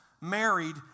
married